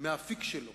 מהאפיק שלו